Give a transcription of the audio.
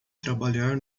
trabalhar